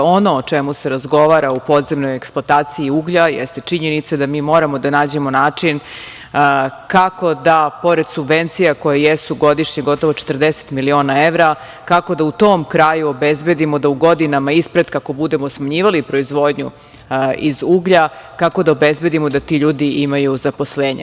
Ono o čemu se razgovara u podzemnoj eksploataciji uglja, jeste činjenica da mi moramo da nađemo način kako da pored subvencija, koje jesu godišnje gotovo 40 miliona evra, kako da u tom kraju obezbedimo da u godinama ispred kako budemo smanjivali proizvodnju iz uglja, kako da obezbedimo da ti ljudi imaju zaposlenje.